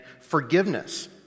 forgiveness